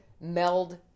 meld